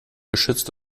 geschützt